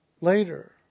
later